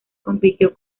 compitió